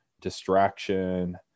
distraction